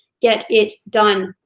get it done.